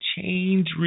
change